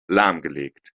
lahmgelegt